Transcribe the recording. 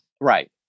Right